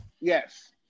yes